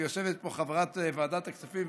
ויושבת פה חברת ועדת הכספים,